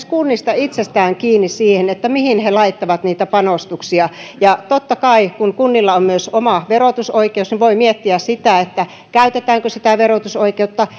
kunnista itsestään kiinni se mihin he laittavat niitä panostuksia totta kai kun kunnilla on myös oma verotusoikeus voi miettiä sitä käytetäänkö sitä verotusoikeutta